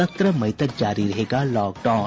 सत्रह मई तक जारी रहेगा लॉकडाउन